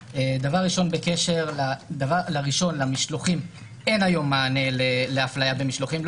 בקשר למשלוחים, אין היום מענה להפליה במשלוחים.